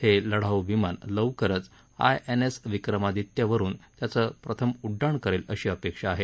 हे लढाऊ विमान लवकरच आयएनएस विक्रमादित्य वरून त्याचं प्रथम उड्डाण करेल अशी अपेक्षा आहे